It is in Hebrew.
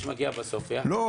מי שמגיע בסוף --- לא,